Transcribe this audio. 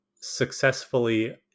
successfully